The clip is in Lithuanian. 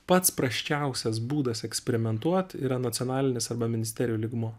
pats prasčiausias būdas eksperimentuot yra nacionalinis arba ministerijų lygmuo